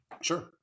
Sure